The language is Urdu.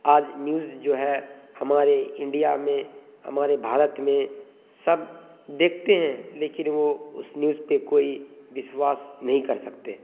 آج نیوز جو ہے ہمارے انڈیا میں ہمارے بھارت میں سب دیکھتے ہیں لیکن وہ اس نیوز پہ کوئی وِشواس نہیں کر سکتے